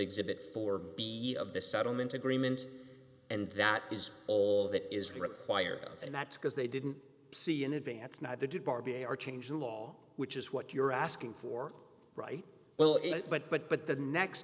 exhibit four b yet of the settlement agreement and that is all that is required and that because they didn't see in advance neither did barbie or change the law which is what you're asking for right well in but but but the next